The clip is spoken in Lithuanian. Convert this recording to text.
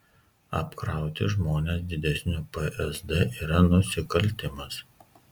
apkrauti žmones didesniu psd yra nusikaltimas